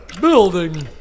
building